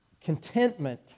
contentment